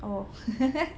oh